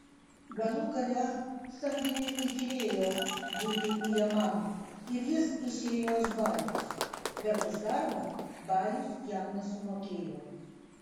galų gale samdiniui įkyrėjo būti ujamam ir jis išėjo iš bajaus bet už darbą bajus jam nesumokėjo